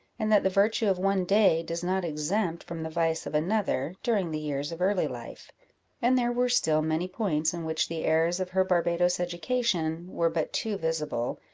and that the virtue of one day does not exempt from the vice of another, during the years of early life and there were still many points in which the errors of her barbadoes education were but too visible,